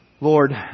Lord